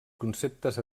conceptes